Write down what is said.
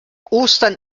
ostern